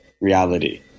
reality